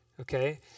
Okay